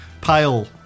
pale